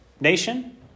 nation